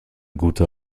gute